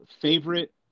favorite